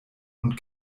und